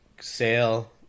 Sale